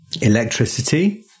electricity